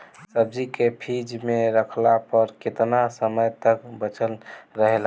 सब्जी के फिज में रखला पर केतना समय तक बचल रहेला?